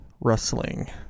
Rustling